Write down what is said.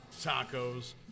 Tacos